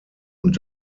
und